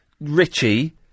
Richie